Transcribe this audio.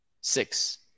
six